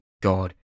God